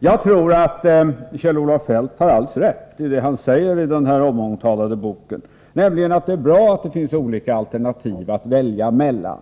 Kjell-Olof Feldt har säkert alldeles rätt i det han säger i den mångomtalade boken, nämligen att det är bra att det finns olika alternativ att välja mellan,